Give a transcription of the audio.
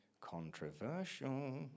Controversial